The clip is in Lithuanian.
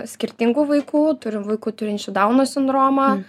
skirtingų vaikų turim vaikų turinčių dauno sindromą